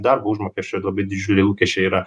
darbo užmokesčio labai didžiuliai lūkesčiai yra